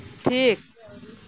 ᱴᱷᱤᱠ